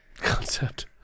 Concept